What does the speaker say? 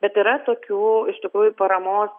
bet yra tokių iš tikrųjų paramos